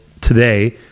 today